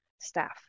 staff